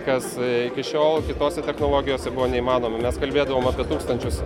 kas iki šiol kitose technologijose buvo neįmanoma mes kalbėdavom apie tūkstančius